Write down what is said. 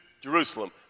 Jerusalem